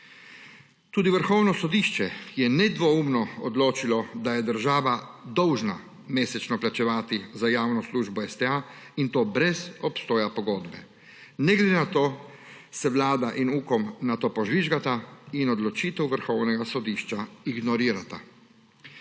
Tudi Vrhovno sodišče je nedvoumno odločilo, da je država dolžna mesečno plačevati za javno službo STA in to brez obstoja pogodbe. Ne glede na to, se Vlada in UKOM na to požvižgata in odločitev Vrhovnega sodišča ignorirata.